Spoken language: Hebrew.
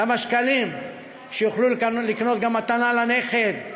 כמה שקלים שיוכלו לקנות גם מתנה לנכד.